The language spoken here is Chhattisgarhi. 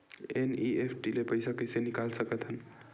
एन.ई.एफ.टी ले पईसा कइसे निकाल सकत हन?